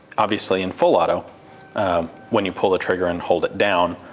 obviously in full-auto when you pull the trigger and hold it down,